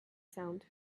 sound